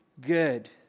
good